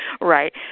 Right